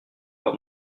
par